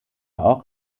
auch